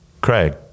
Craig